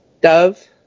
Dove